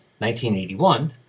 1981